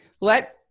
let